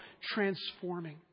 transforming